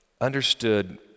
understood